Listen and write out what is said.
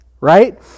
right